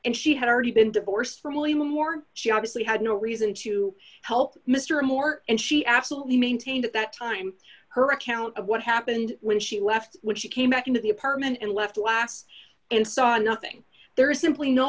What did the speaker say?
and she had already been divorced for only one more she obviously had no reason to help mr moore and she absolutely maintained at that time her account of what happened when she left when she came back into the apartment and left last and saw nothing there is simply no